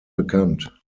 bekannt